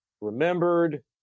remembered